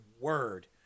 word